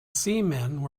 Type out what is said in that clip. seamen